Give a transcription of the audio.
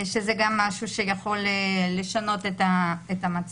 שזה גם משהו שיכול לשנות את המצב.